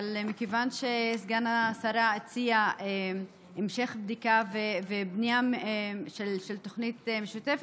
אבל מכיוון שסגן השרה הציע המשך בדיקה ובנייה של תוכנית משותפת,